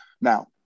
now